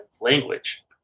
language